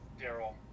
Daryl